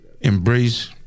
Embrace